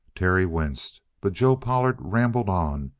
terry winced. but joe pollard rambled on,